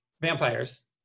vampires